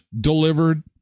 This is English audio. delivered